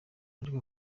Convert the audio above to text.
ariko